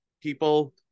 people